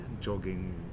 jogging